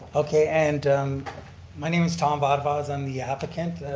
okay, and my name is tom vodbaz, i'm the applicant.